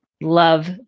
love